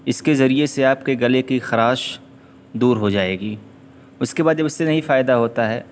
اس کے ذریعے سے آپ کے گلے کی خراش دور ہو جائے گی اس کے بعد جب اس سے نہیں فائد ہوتا ہے